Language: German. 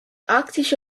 arktische